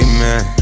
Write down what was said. Amen